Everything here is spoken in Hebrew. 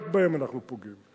רק בהם אנחנו פוגעים,